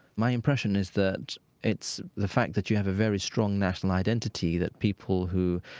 my impression is that it's the fact that you have a very strong national identity that people who,